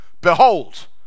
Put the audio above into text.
Behold